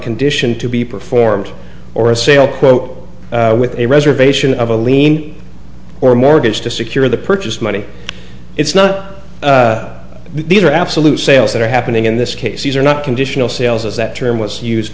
condition to be performed or a sale quote with a reservation of a lien or mortgage to secure the purchase money it's not these are absolute sales that are happening in this case these are not conditional sales as that term was used